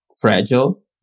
fragile